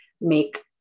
make